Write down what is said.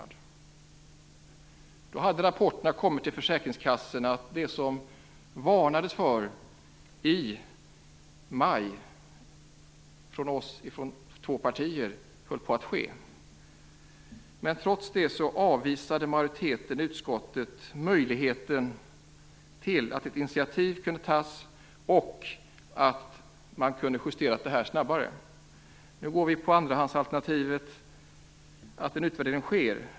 Då hade rapporterna kommit till försäkringskassorna om att det som två partier varnade för i maj höll på att ske. Trots det avvisade majoriteten i utskottet förslaget att ett initiativ skulle tas och att detta skulle kunna justeras snabbare. Nu går vi på andrahandsalternativet, dvs. att en utvärdering sker.